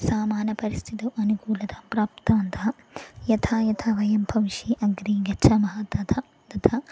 सामान्यपरिस्थितौ अनुकूलता प्राप्तवन्तः यथा यथा वयं भविष्ये अग्रे गच्छामः तथा तथा